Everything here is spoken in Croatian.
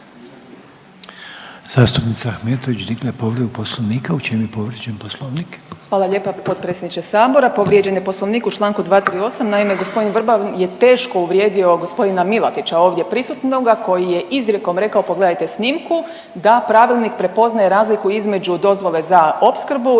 Zastupnica Ahmetović digla je povredu Poslovnika. U čem je povrijeđen Poslovnik? **Ahmetović, Mirela (SDP)** Hvala lijepo potpredsjedniče sabora. Povrijeđen je Poslovnik u Članku 238., naime gospodin Vrban je teško uvrijedio gospodina Milatića ovdje prisutnoga koji je izrijekom rekao, pogledajte snimku da pravilnik prepoznaje razliku između dozvole za opskrbu